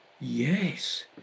Yes